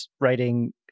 writing